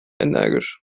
energisch